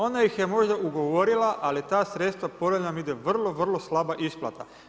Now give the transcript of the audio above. Ona ih je možda ugovorila, ali ta sredstva ponavljam ide vrlo, vrlo slaba isplata.